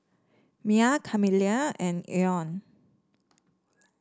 Myah Camille and Olan